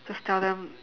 just tell them